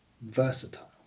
versatile